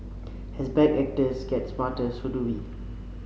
as bad actors get smarter so do we